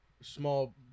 small